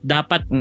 Dapat